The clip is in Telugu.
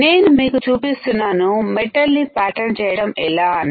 నేను మీకు చూపిస్తున్నాను మెటల్ ని ప్యాటర్న్ చేయడం ఎలా అని